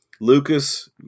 Lucas